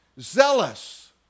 zealous